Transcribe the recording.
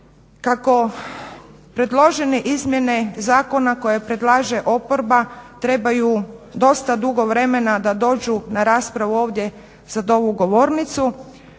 kako predložene izmjene zakona koje predlaže oporba trebaju dosta dugo vremena da dođu na raspravu ovdje, za ovu govornicu.